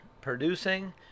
producing